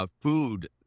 food